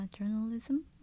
journalism